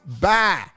Bye